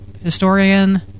historian